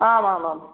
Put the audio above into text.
आमामां